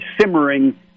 simmering